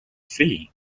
free